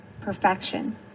perfection